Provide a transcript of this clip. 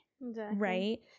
Right